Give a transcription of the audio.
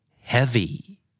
Heavy